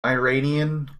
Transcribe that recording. iranian